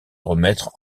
remettre